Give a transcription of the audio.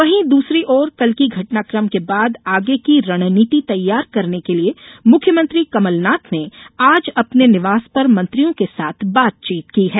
वहीं दूसरी ओर कल की घटनाकम के बाद आगे की रणनीति तैयार करने के लिए मुख्यमंत्री कमलनाथ ने आज अपने निवास पर मंत्रियों के साथ बातचीत की है